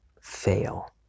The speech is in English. fail